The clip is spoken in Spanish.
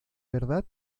verdad